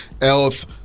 health